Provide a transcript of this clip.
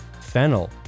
fennel